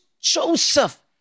Joseph